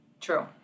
True